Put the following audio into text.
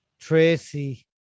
Tracy